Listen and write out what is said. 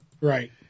right